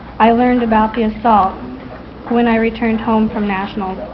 i learned about the assault when i returned home from nationals.